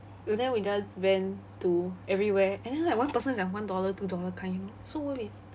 and then we just van to everywhere and then like one person is like one dollar two dollar kind you know so worth it